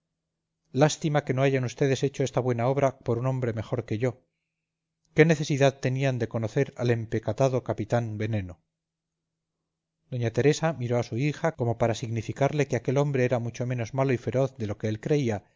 lástima que no hayan ustedes hecho esta buena obra por un hombre mejor que yo qué necesidad tenían de conocer al empecatado capitán veneno doña teresa miró a su hija como para significarle que aquel hombre era mucho menos malo y feroz de lo que él creía